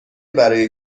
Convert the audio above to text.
برای